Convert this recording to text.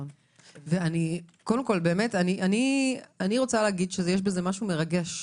יש בזה משהו מרגש.